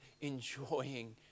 enjoying